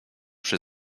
przy